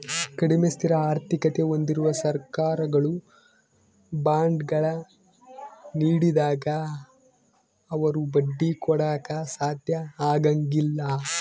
ಕಡಿಮೆ ಸ್ಥಿರ ಆರ್ಥಿಕತೆ ಹೊಂದಿರುವ ಸರ್ಕಾರಗಳು ಬಾಂಡ್ಗಳ ನೀಡಿದಾಗ ಅವರು ಬಡ್ಡಿ ಕೊಡಾಕ ಸಾಧ್ಯ ಆಗಂಗಿಲ್ಲ